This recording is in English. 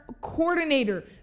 coordinator